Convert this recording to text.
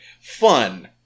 fun